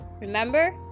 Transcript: Remember